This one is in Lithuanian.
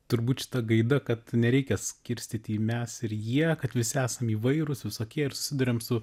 turbūt šita gaida kad nereikia skirstyti į mes ir jie kad visi esam įvairūs visokie ir susiduriam su